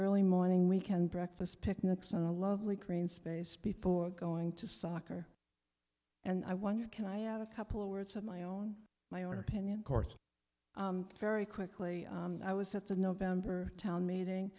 early morning weekend breakfast picnics on a lovely green space before going to soccer and i wonder can i add a couple of words of my own my own opinion course very quickly i was set the november town meeting